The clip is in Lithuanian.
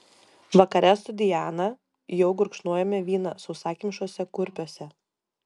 vakare su diana jau gurkšnojome vyną sausakimšuose kurpiuose